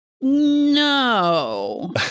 No